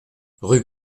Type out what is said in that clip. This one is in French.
rue